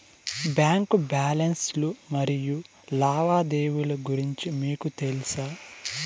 Bank balance లు మరియు లావాదేవీలు గురించి మీకు తెల్సా?